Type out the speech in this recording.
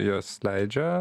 jos leidžia